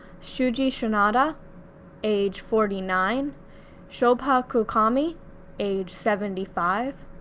shuji sanada age forty nine shobha kulkarni age seventy five,